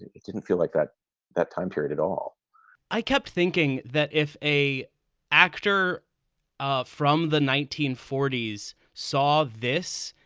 it didn't feel like that that time period at all i kept thinking that if a actor ah from the nineteen forty s saw this,